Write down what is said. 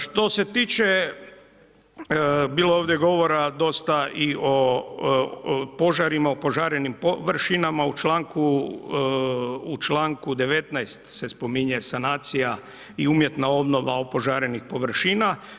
Što se tiče, bilo je ovdje govora dosta i o požarima, opožarenim površinama u članku 19. se spominje sanacija i umjetna obnova opožarenih površina.